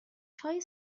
چای